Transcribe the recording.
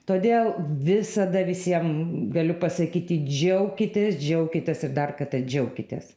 todėl visada visiem galiu pasakyti džiaukitės džiaukitės ir dar kartą džiaukitės